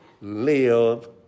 live